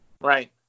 right